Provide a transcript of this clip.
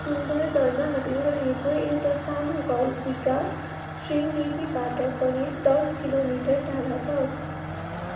सुन्दर झर्नाहरू रहेको एउटा सानो गाउँ किग्गा शृङ्गेरीबाट करिब दस किलोमिटर टाढा छ